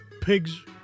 pigs